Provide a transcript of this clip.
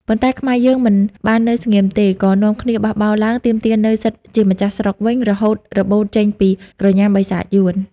ប៉ុន្តែ ខ្មែរយើងមិនបាននៅស្ងៀមទេ ក៏នាំគ្នាបះបោរឡើង ទាមទារនូវសិទ្ធិជាម្ចាស់ស្រុកវិញ រហូតរបូតចេញពីក្រញាំបិសាចយួន។